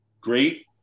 great